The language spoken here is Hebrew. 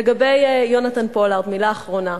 לגבי יונתן פולארד, מלה אחרונה.